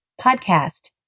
podcast